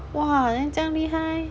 !wah! then 这样厉害